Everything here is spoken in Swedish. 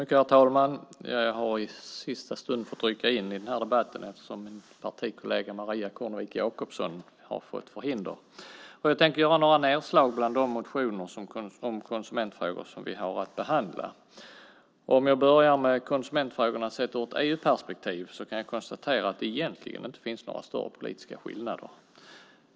Herr talman! Jag har i sista stund fått rycka in i den här debatten, eftersom min partikollega Maria Kornevik Jakobsson har fått förhinder. Jag tänker göra några nedslag bland de motioner om konsumentfrågor som vi har att behandla. Om jag börjar med konsumentfrågorna sett ur ett EU-perspektiv kan jag konstatera att det egentligen inte finns några större politiska skillnader.